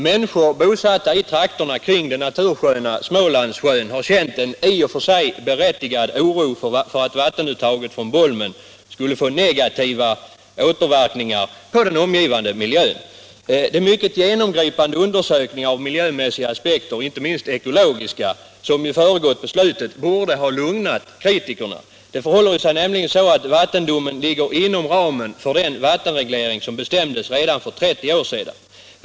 Människor bosatta i trakterna kring den natursköna Smålandssjön har känt en i och för sig berättigad oro för att vattenuttaget från Bolmen skulle få negativa återverkningar på den omgivande miljön. De mycket genomgripande undersökningar av miljömässiga aspekter — inte minst ekologiska — som föregått beslutet borde ha lugnat kritikerna. Det förhåller sig ju nämligen så att vattendomen ligger inom ramen för den vattenreglering som bestämdes redan för 30 år sedan.